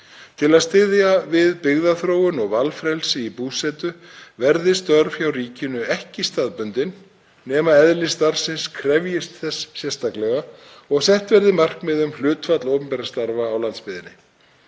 Til að styðja við byggðaþróun og valfrelsi í búsetu verði störf hjá ríkinu ekki staðbundin nema eðli starfsins krefjist þess sérstaklega og sett verði markmið um hlutfall opinberra starfa á landsbyggðinni.